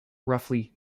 roughly